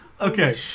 Okay